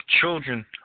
children